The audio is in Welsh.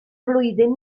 flwyddyn